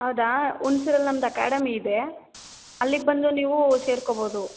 ಹೌದಾ ಹುಣಸೂರಲ್ಲಿ ನಮ್ದು ಅಕಾಡೆಮಿ ಇದೆ ಅಲ್ಲಿಗೆ ಬಂದು ನೀವು ಸೇರ್ಕೊಬೋದು